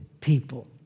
people